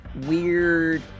weird